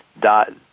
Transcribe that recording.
dot